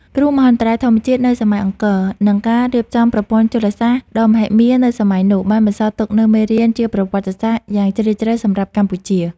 គ្រោះមហន្តរាយធម្មជាតិនៅសម័យអង្គរ និងការរៀបចំប្រព័ន្ធជលសាស្ត្រដ៏មហិមានៅសម័យនោះ បានបន្សល់ទុកនូវមេរៀនជាប្រវត្តិសាស្ត្រយ៉ាងជ្រាលជ្រៅសម្រាប់កម្ពុជា។